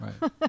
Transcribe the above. Right